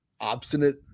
obstinate